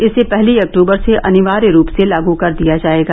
इसे पहली अक्टूबर से अनिवार्य रूप से लागू कर दिया जायेगा